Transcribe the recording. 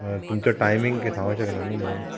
तुमचो टायमींग कितें सांगूंक शकना न्हू म्हणून